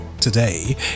today